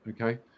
okay